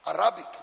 arabic